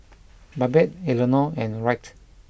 Babette Elenore and Wright